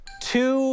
Two